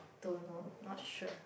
don't know not sure